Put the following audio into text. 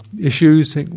issues